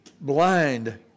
blind